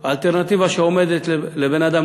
האלטרנטיבה שעומדת לבן-אדם,